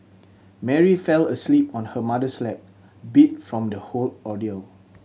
Mary fell asleep on her mother's lap beat from the whole ordeal